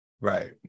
right